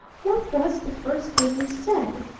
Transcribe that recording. what was the first thing you said?